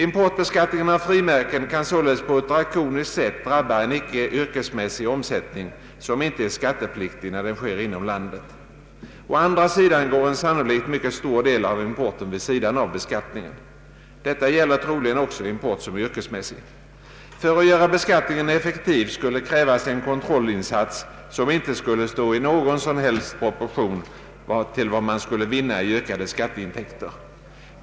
Importbeskattningen av frimärken kan således på ett drakoniskt sätt drabba en icke yrkesmässig omsättning, som inte är skattepliktig när den sker inom landet. Å andra sidan går en sannolikt mycket stor del av importen vid sidan av beskattningen. Detta gäller troligen också import som är yrkesmässig. För att göra beskattningen effektiv skulle krävas en kontrollinsats som inte skulle stå i någon som helst proportion till vad man skulle vinna i ökade skatteintäkter.